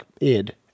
id